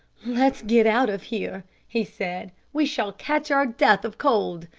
let's get out of here, he said. we shall catch our death of cold.